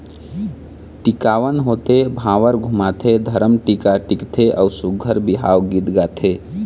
टिकावन होथे, भांवर घुमाथे, धरम टीका टिकथे अउ सुग्घर बिहाव गीत गाथे